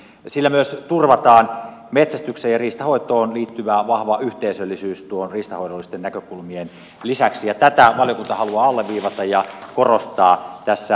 sillä myös turvataan metsästykseen ja riistanhoitoon liittyvä vahva yhteisöllisyys riistanhoidollisten näkökulmien lisäksi ja tätä valiokunta haluaa alleviivata ja korostaa tässä mietinnössään